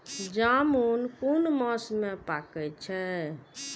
जामून कुन मास में पाके छै?